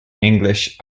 english